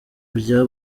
bya